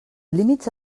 límits